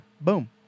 Boom